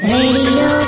Radio